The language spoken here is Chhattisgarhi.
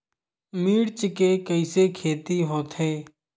मिर्च के कइसे खेती होथे?